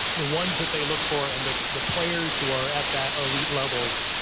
the ones that they look for and the the players who are at that elite levels,